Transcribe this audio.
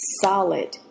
solid